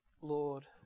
Lord